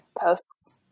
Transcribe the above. posts